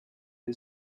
new